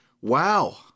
wow